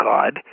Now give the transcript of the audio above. God